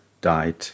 died